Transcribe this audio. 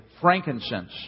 frankincense